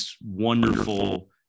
wonderful